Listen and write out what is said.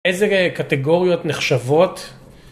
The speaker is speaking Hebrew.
איזה קטגוריות נחשבות...